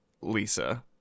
Lisa